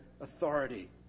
authority